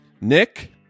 Nick